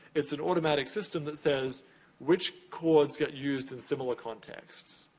it's an automatic system that says which chords get used in similar contexts?